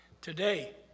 Today